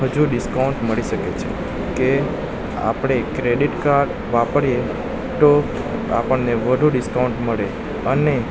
હજુ ડિસ્કાઉન્ટ મળી શકે છે કે આપણે ક્રેડિટ કાર્ડ વાપરીએ તો આપણને વધુ ડિસ્કાઉન્ટ મળે અને